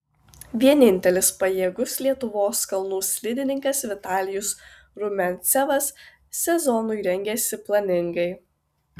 vienintelis pajėgus lietuvos kalnų slidininkas vitalijus rumiancevas sezonui rengiasi planingai